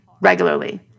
regularly